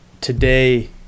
today